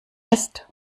ist